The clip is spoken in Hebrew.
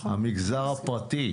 המגזר הפרטי.